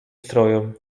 strojom